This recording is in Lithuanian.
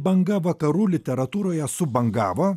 banga vakarų literatūroje subangavo